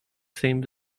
same